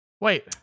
Wait